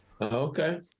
Okay